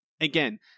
again